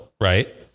right